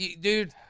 Dude